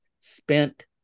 spent